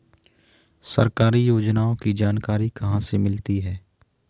सरकारी योजनाओं की जानकारी कहाँ से मिलती है?